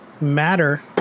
matter